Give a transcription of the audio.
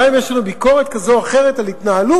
גם אם יש לנו ביקורת כזו או אחרת על התנהלות